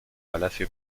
palacio